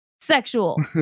Sexual